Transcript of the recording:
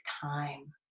time